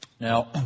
Now